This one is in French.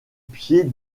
pieds